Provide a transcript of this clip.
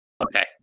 Okay